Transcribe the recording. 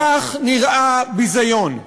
כך נראה ביזיון.